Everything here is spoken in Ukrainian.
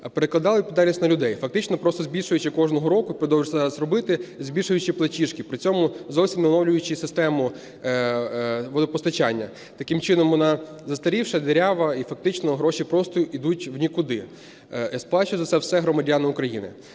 перекладали відповідальність на людей, фактично просто збільшуючи кожного року, і продовжують це зараз робити, збільшуючи платіжки, при цьому зовсім не оновлюючи систему водопостачання. Таким чином, вона застарівша, дірява, і фактично гроші просто йдуть в нікуди. І сплачують за це все громадяни України.